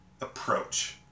approach